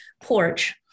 porch